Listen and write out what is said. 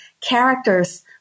characters